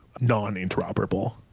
non-interoperable